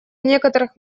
некоторых